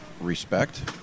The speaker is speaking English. respect